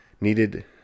needed